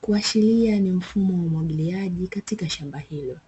kuashiria ni mfumo wa umwagiliaji katika shamba hilo.